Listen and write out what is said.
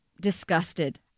disgusted